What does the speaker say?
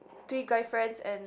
three guy friends and